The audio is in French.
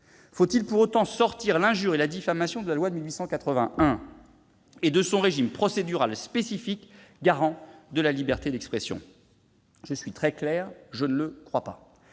Faut-il pour autant sortir l'injure et la diffamation de la loi de 1881 et de son régime procédural spécifique, garant de la liberté d'expression ? Je suis très clair : je ne le crois pas